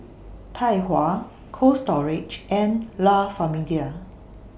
Tai Hua Cold Storage and La Famiglia